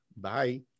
bye